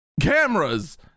cameras